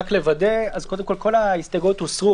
רק לוודא: כל ההסתייגויות הוסרו,